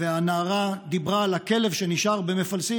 והנערה דיברה על הכלב שנשאר במפלסים,